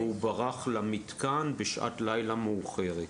אני לא זכרתי